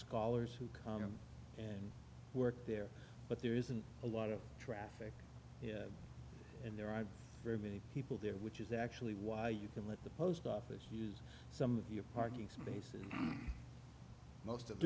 scholars who come and work there but there isn't a lot of traffic here and there aren't very many people there which is actually why you can let the post office use some of your parking spaces most of